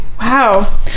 Wow